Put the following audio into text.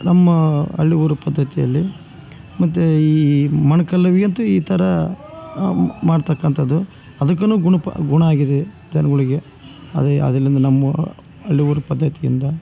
ನಮ್ಮ ಹಳ್ಳಿಗರ ಪದ್ಧತಿಯಲ್ಲಿ ಮತ್ತು ಈ ಮೋಣ್ಕಾಲು ಯಂತೂ ಈ ಥರ ಮಾಡ್ತಕಂಥದ್ದು ಅದಕ್ಕೂ ಗುಣ ಗುಣ ಆಗಿದೆ ಜನ್ಗಳಿಗೆ ಅದೇ ಹಳ್ಳಿಗಳ ಪದ್ಧತಿಯಿಂದ